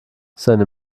seine